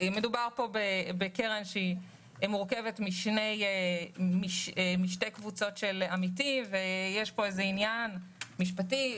מדובר בקרן שמורכבת משתי קבוצות של עמיתים ויש פה איזה עניין משפטי,